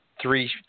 three